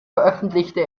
veröffentlichte